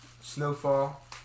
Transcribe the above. Snowfall